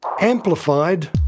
amplified